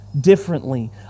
differently